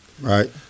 Right